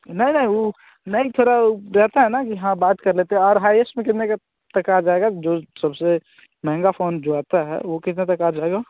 नहीं नहीं ऊ नहीं थोड़ा ऊ रहता है न कि हाँ बात कर लेते और हाइयेश्ट में कितने का तक आ जाएगा जो सबसे महंगा फ़ोन जो आता है वह कितने तक आ जाएगा